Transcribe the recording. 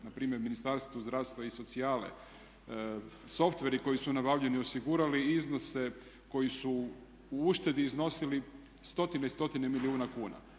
Na primjer u Ministarstvu zdravstva i socijale, softveri koji su nabavljeni osigurali iznose koji su u uštedi iznosili stotine i stotine milijuna kuna.